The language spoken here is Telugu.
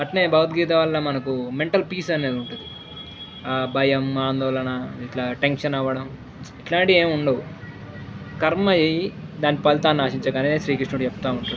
అలానే భగవత్గిత వల్ల మనకు మెంటల్ పీస్ అనేది ఉంటుంది భయం ఆందోళన ఇలా టెన్షన్ అవ్వడం ఇట్లాంటివి ఏం ఉండవు కర్మ చెయ్యి దాని పలితాన్ని ఆశించకనేది శ్రీకృష్ణుడు చెప్తూ ఉంటాడు